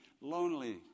lonely